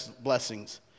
blessings